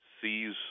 sees